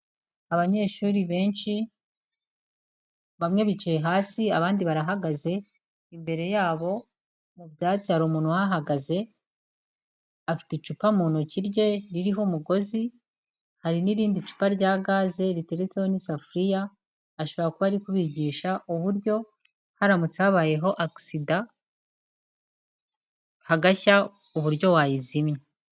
Abanyeshuri benshi bamwe bicaye hasi, abandi barahagaze, imbere yabo mu byatsi hari umuntu uhahagaze afite icupa mu ntoki rye ririho umugozi, hari n'irindi cupa rya gaze riteretseho n'isafuriya, ashobora kuba ari kubigisha uburyo haramutse habayeho agisida hagashya uburyo wayizimya.